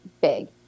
big